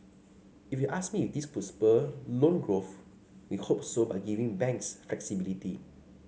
if you ask me if this could spur loan growth we hope so by giving banks flexibility